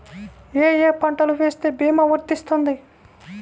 ఏ ఏ పంటలు వేస్తే భీమా వర్తిస్తుంది?